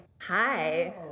Hi